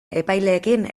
epaileekin